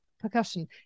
percussion